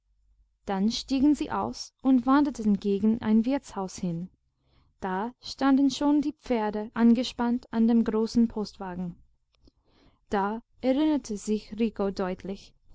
dann stiegen sie aus und wanderten gegen ein wirtshaus hin da standen schon die pferde angespannt an dem großen postwagen da erinnerte sich rico deutlich